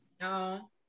No